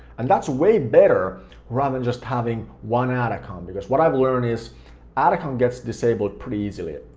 and that's way better rather than just having one ad account because what i've learned is ad account gets disabled pretty easily,